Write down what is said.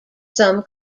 some